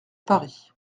paris